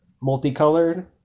multicolored